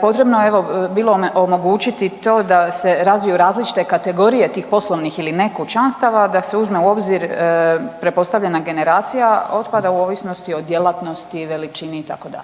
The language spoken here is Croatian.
Potrebno je evo bilo omogućiti to da se razviju različite kategorije tih poslovnih ili ne kućanstava, da se uzme u obzir pretpostavljena generacija otpada u ovisnosti o djelatnosti, veličini itd.